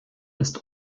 ist